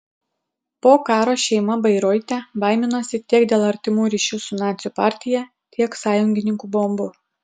po karo šeima bairoite baiminosi tiek dėl artimų ryšių su nacių partija tiek sąjungininkų bombų